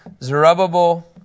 Zerubbabel